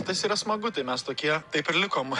tas yra smagu tai mes tokie taip ir likom